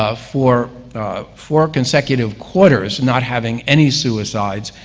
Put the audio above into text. ah for four consecutive quarters not having any suicides,